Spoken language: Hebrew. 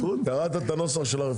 בא המבקר של הכלכלה,